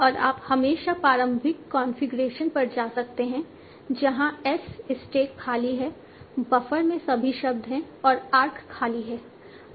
और आप हमेशा प्रारंभिक कॉन्फ़िगरेशन पर जा सकते हैं जहां S स्टैक खाली है बफर में सभी शब्द हैं और आर्क खाली है